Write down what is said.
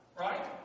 Right